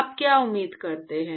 आप क्या उम्मीद करते हैं